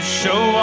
show